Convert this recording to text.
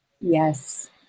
Yes